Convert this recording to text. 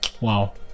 wow